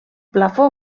plafó